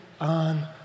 on